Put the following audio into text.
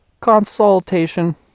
Consultation